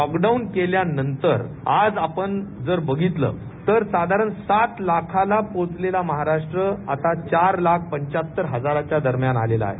lockdown केल्यानंतर आज आपण जर बघितलं तर साधारण सात लाखाला पोहचलेला महाराष्ट्र आता चार लाख पंच्याहत्तर हजारांच्या दरम्यान आलेला आहे